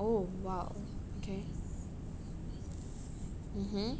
oh !wow! okay mmhmm